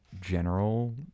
general